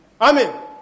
Amen